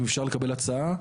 אם אפשר לקבל הצעה,